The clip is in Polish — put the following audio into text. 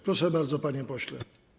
Proszę bardzo, panie pośle.